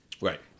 Right